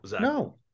no